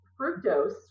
fructose